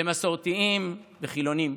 למסורתיים וחילונים,